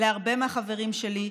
להרבה מהחברים שלי,